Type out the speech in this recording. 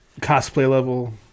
Cosplay-level